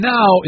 Now